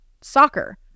soccer